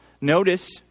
Notice